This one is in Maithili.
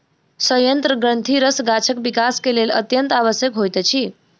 सयंत्र ग्रंथिरस गाछक विकास के लेल अत्यंत आवश्यक होइत अछि